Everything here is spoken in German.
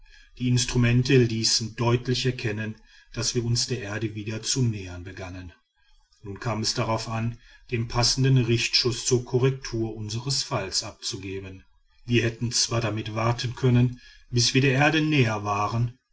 die instrumente ließen deutlich erkennen daß wir uns der erde wieder zu nähern begannen nun kam es darauf an den passenden richtschuß zur korrektur unsres falls abzugeben wir hätten zwar damit warten können bis wir der erde näher waren